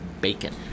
BACON